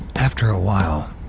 after a while,